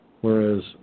whereas